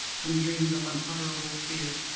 from dreams of unutterable fear,